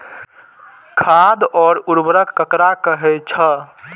खाद और उर्वरक ककरा कहे छः?